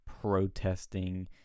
protesting